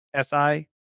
SI